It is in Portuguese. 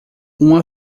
uma